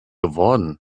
geworden